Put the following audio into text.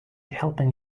helping